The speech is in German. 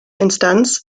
instanz